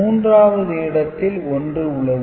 மூன்றாவது இடத்தில் 1 உள்ளது